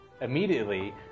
Immediately